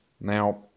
Now